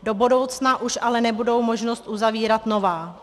Do budoucna už ale nebude možnost uzavírat nová.